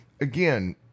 again